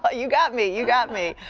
but you got me. you got me.